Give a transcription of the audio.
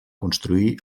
construir